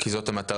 כי זאת המטרה.